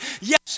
yes